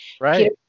Right